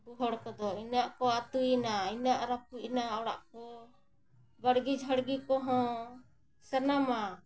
ᱩᱱᱠᱩ ᱦᱚᱲ ᱠᱚᱫᱚ ᱤᱱᱟᱹᱜ ᱠᱚ ᱟᱹᱛᱩᱭᱮᱱᱟ ᱤᱱᱟᱹᱜ ᱨᱟᱹᱯᱩᱫ ᱮᱱᱟ ᱚᱲᱟᱜ ᱠᱚ ᱵᱟᱲᱜᱮ ᱡᱷᱟᱲᱜᱤ ᱠᱚᱦᱚᱸ ᱥᱟᱱᱟᱢᱟᱜ